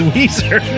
Weezer